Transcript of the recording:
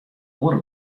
oare